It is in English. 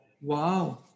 Wow